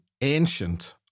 ancient